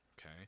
okay